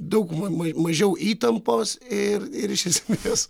daug ma mažiau įtampos ir iš esmės